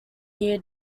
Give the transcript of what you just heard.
year